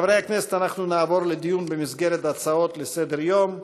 חברי הכנסת, נעבור לדיון במסגרת הצעות לסדר-היום.